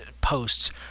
posts